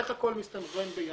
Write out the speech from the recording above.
איך הכול מסתנכרן ביחד.